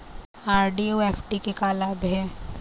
RD अऊ FD के का लाभ हे?